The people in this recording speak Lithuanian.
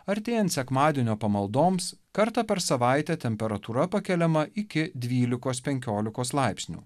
artėjant sekmadienio pamaldoms kartą per savaitę temperatūra pakeliama iki dvylikos penkiolikos laipsnių